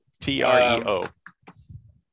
T-R-E-O